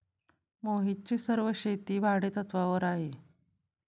मोहितची सर्व शेती भाडेतत्वावर आहे